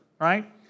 right